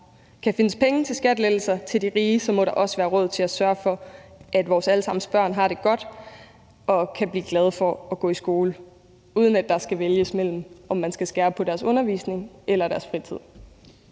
kan findes penge til skattelettelser til de rige, må der også være råd til at sørge for, at vores alle sammens børn har det godt og kan blive glade for at gå i skole, uden at der skal vælges mellem, om man skal skære på deres undervisning eller deres fritid.